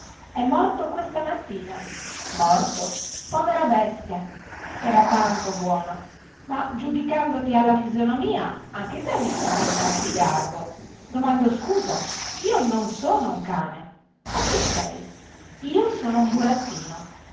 è morto questa mattina morto povera bestia era tanto buono ma giudicandoti alla fisonomia anche te mi sembri un cane di garbo domando scusa io non sono un cane o chi sei io sono un burattino